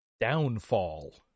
Downfall